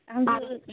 आंबो